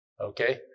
okay